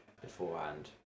beforehand